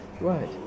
Right